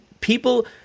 people